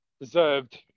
deserved